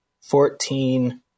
fourteen